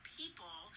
people